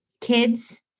kids